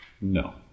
no